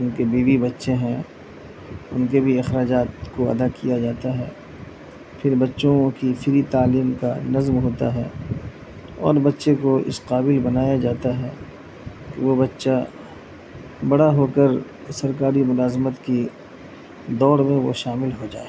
ان کے بیوی بچے ہیں ان کے بھی اخراجات کو ادا کیا جاتا ہے پھر بچوں کی فری تعلیم کا نظم ہوتا ہے اور بچے کو اس قابل بنایا جاتا ہے کہ وہ بچہ بڑا ہو کر سرکاری ملازمت کی دوڑ میں وہ شامل ہو جائے